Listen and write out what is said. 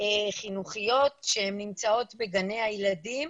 חינוכיות שנמצאות בגני הילדים